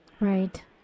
Right